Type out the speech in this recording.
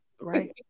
right